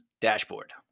dashboard